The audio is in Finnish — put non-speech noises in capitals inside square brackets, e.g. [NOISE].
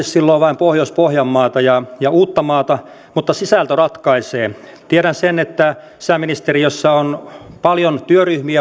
[UNINTELLIGIBLE] silloin vain pohjois pohjanmaata ja ja uuttamaata vaan sisältö ratkaisee tiedän sen että sisäministeriössä on paljon työryhmiä [UNINTELLIGIBLE]